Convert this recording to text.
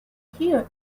here